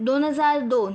दोन हजार दोन